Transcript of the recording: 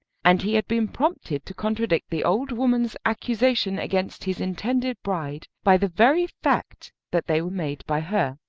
and he had been prompted to contradict the old woman's accusation against his intended bride, by the very fact that they were made by her.